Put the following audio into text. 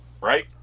Right